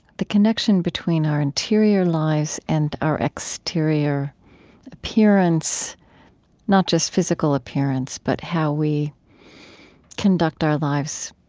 the connection between our interior lives and our exterior appearance not just physical appearance, but how we conduct our lives